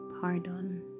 pardon